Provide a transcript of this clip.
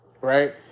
Right